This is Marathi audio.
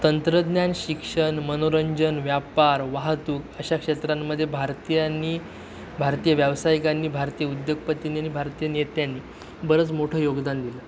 तंत्रज्ञान शिक्षण मनोरंजन व्यापार वाहतूक अशा क्षेत्रांमध्ये भारतीयांनी भारतीय व्यावसायिकांनी भारतीय उद्योगपतीनी आणि भारतीय नेत्यांनी बरंच मोठं योगदान दिलं